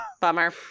Bummer